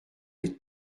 les